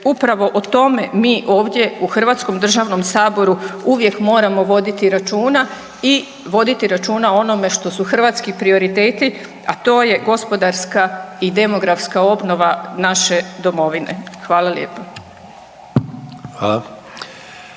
upravo o tome mi ovdje u Hrvatskom državnom saboru uvijek moramo voditi računa i voditi računa o onome što su hrvatski prioriteti, a to je gospodarska i demografska obnova naše domovine. Hvala lijepa.